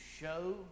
show